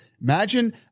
Imagine